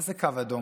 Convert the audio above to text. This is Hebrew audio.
מה זה קו אדום?